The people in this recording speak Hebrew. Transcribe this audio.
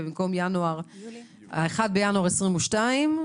ובמקום ה-1 בינואר 2022,